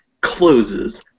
closes